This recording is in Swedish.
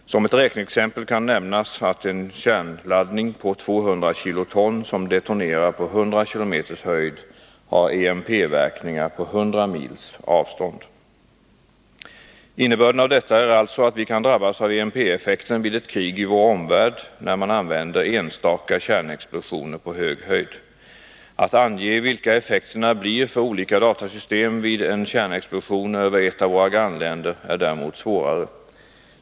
Som ett räkneexempel kan nämnas att en kärnladdning på 200 kiloton som detonerar på 100 km höjd har EMP verkningar på 100 mils avstånd. Innebörden av detta är alltså att vi kan drabbas av EMP-effekten vid ett krig i vår omvärld, när man använder enstaka kärnexplosioner på hög höjd. Att ange vilka effekterna blir för olika datasystem vid en kärnexplosion över ett av våra grannländer är däremot svårare.